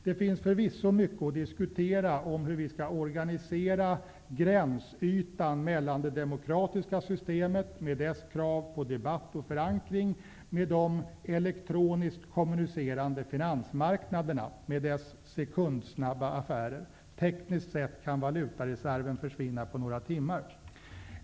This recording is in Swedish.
Det finns förvisso mycket att diskutera om hur vi skall organisera gränsytan mellan de demokratiska systemet med dess krav på debatt och förankring och de elektroniskt kommunicerande finansmarknaderna med dess sekundsnabba affärer. Tekniskt sätt kan valutareserven försvinna på några timmar.